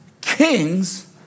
kings